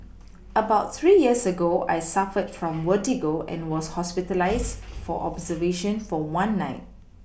about three years ago I suffered from vertigo and was hospitalised for observation for one night